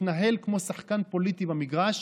מתנהל כמו שחקן פוליטי במגרש,